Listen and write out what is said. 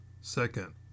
Second